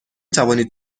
توانید